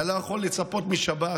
אתה לא יכול לצפות משב"ס,